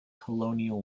colonial